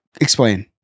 Explain